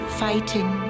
fighting